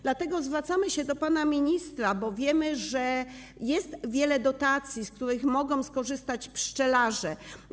Dlatego zwracamy się do pana ministra, bo wiemy, że jest wiele dotacji, z których mogą skorzystać pszczelarze.